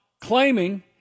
claiming